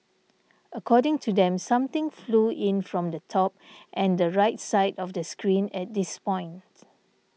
according to them something flew in from the top and the right side of the screen at this point